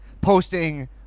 posting